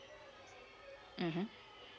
mmhmm